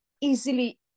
easily